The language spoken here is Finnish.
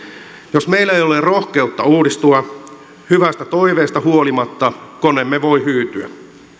jos meillä ei ole rohkeutta uudistua hyvästä toiveesta huolimatta koneemme voi hyytyä